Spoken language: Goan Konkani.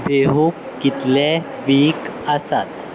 बेहूक कितले वीक आसात